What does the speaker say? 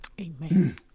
Amen